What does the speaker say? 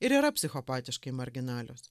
ir yra psichopatiškai marginalios